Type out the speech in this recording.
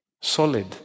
solid